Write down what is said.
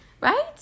Right